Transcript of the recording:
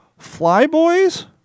Flyboys